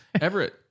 Everett